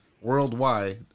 worldwide